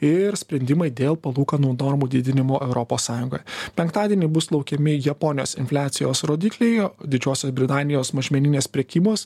ir sprendimai dėl palūkanų normų didinimo europos sąjungoj penktadienį bus laukiami japonijos infliacijos rodikliai didžiosios britanijos mažmeninės prekybos